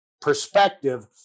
perspective